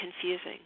confusing